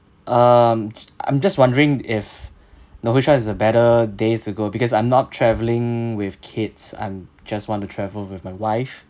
um I'm just wondering if know which one is a better days to go because I'm not travelling with kids I'm just want to travel with my wife